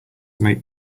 make